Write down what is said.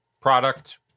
product